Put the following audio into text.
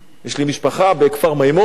יש לי משפחה בכפר-מימון,